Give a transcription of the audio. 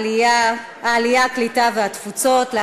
העלייה, הקליטה והתפוצות נתקבלה.